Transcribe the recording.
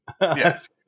yes